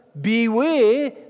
beware